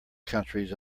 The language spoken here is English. countries